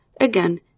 again